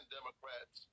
Democrats